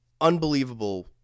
Unbelievable